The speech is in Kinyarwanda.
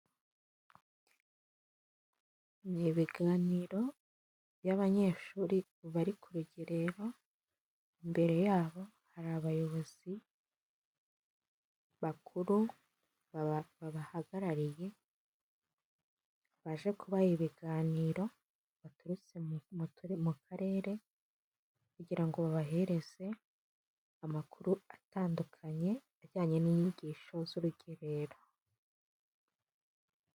Ni ibiganiro by'abanyeshuri bari ku rugerero imbere yabo hari abayobozi bakuru babahagarariye baje kubaha ibiganiro baturutse mu karere kugira ngo babahereza amakuru atandukanye kubijyanye n'inyigisho z'urugerero.